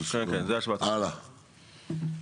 (2)